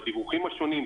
בדיווחים השונים,